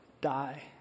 die